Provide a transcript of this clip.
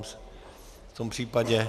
V tom případě...